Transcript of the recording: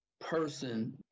person